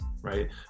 right